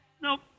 Nope